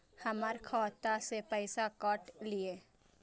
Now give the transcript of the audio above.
हमर खाता से पैसा काट लिए?